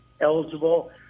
eligible